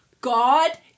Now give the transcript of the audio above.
God